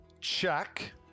check